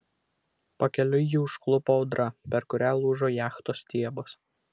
pakeliui jį užklupo audra per kurią lūžo jachtos stiebas